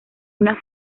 una